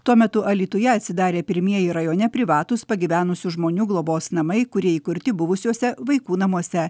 tuo metu alytuje atsidarė pirmieji rajone privatūs pagyvenusių žmonių globos namai kurie įkurti buvusiuose vaikų namuose